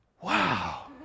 Wow